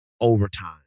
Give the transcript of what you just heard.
overtime